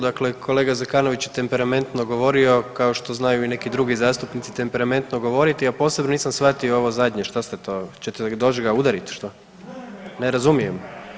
Dakle, kolega Zekanović je temperamentno govorio kao što znaju i neki drugi zastupnici temperamentno govoriti, a posebno nisam shvatio ovo zadnje, šta ste to, ćete doć ga udarit, što? [[Upadica iz klupe: Ne, ne, ne.]] Ne razumijem.